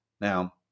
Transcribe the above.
Now